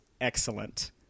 excellent